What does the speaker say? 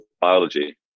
biology